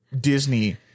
Disney